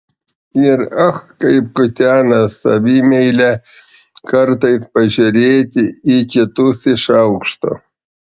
ir ach kaip kutena savimeilę kartais pažiūrėti į kitus iš aukšto